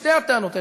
שתי הטענות האלה,